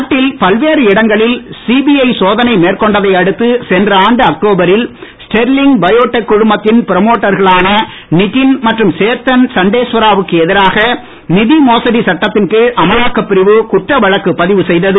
நாட்டில் பல்வேறு இடங்களில் சிபிஐ சோதனை மேற்கொண்டதை அடுத்து சென்ற ஆண்டு அக்டோபரில் ஸ்டெர்லிங் பையோ டெக் குழுமத்தின் பிரமோட்டர்களான நிதன் மற்றும் சேத்தன் சண்டேஸ்வரா க்கு எதிராக நிதி மோசடி சட்டத்தின் கீழ் அமலாக்கப் பிரிவு குற்ற வழக்கு பதிவு செய்தது